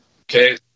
okay